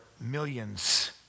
millions